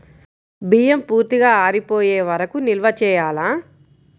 బియ్యం పూర్తిగా ఆరిపోయే వరకు నిల్వ చేయాలా?